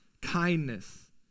kindness